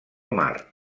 mar